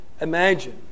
imagine